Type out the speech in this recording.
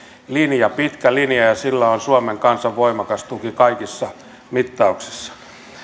linja pitkä linja ja ja sillä on suomen kansan voimakas tuki kaikissa mittauksissa